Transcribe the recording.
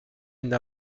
une